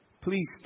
Please